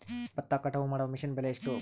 ಭತ್ತ ಕಟಾವು ಮಾಡುವ ಮಿಷನ್ ಬೆಲೆ ಎಷ್ಟು?